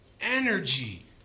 energy